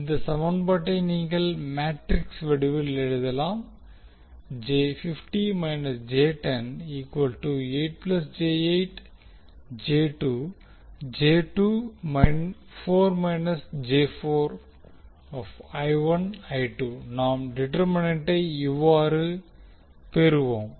இந்த சமன்பாட்டை நீங்கள் மேட்ரிக்ஸ் வடிவில் எழுதலாம் நாம் டிடெர்மைணெண்ட்டை இவாறு பெறுவோம்